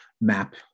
map